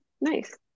nice